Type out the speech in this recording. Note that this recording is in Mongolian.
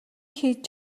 хийж